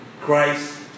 Christ